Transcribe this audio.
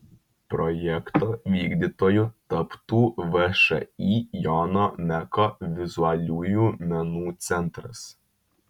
projekto vykdytoju taptų všį jono meko vizualiųjų menų centras